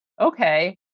okay